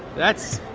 that's.